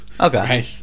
Okay